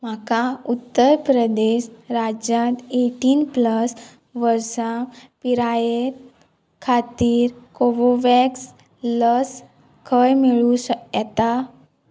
म्हाका उत्तर प्रदेश राज्यांत eighteen plus वर्सां पिराये खातीर कोवोव्हॅक्स लस खंय मेळूं शकता